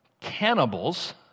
cannibals